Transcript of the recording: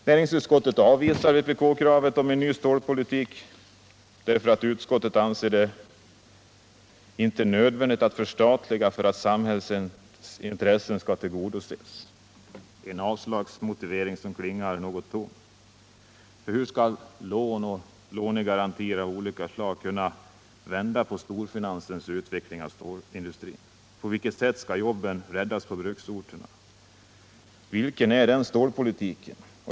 Näringsutskottet avvisar vpk-kravet på en ny stålpolitik därför att utskottet anser det inte nödvändigt att förstatliga för att samhällets intressen skall kunna tillgodoses — en avslagsmotivering som klingar något tom. För hur skall lån och lånegarantier kunna vända på storfinansens utveckling av stålindustrin? På vilket sätt skall jobben räddas på bruksorterna? Vilken är den stålpolitiken?